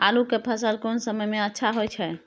आलू के फसल कोन समय में अच्छा होय छै?